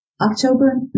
October